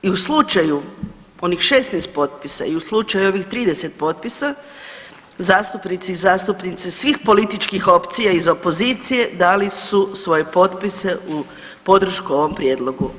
I u slučaju onih 16 potpisa i u slučaju ovih 30 potpisa zastupnici i zastupnice svih političkih opcija iz opozicije dali su svoje potpise u podršku ovom prijedlogu.